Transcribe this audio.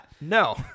no